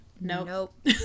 nope